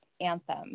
Anthem